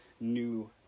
new